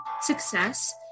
success